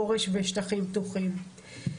חורש ושטחים פתוחים.